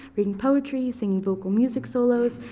reading poetry, singing vocal music solos,